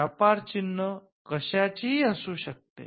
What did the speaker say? व्यापार चिन्ह कशाचेही असू शकते